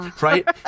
right